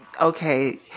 okay